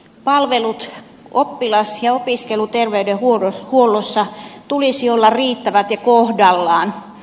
palvelut oppilas ja opiskelu terveydenhuoltoon kuluissa tulisi olla riittävän kohdalla